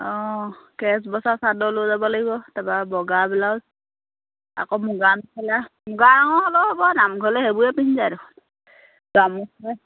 অঁ কেচ বচা চাদৰ লৈ যাব লাগিব তাৰপৰা বগা ব্লাউজ আকৌ মুগা মেখেলা মুগা ৰঙৰ হ'লেও হ'ব নামঘৰলৈ সেইবোৰে পিন্ধি যায় দেখোন গামোচা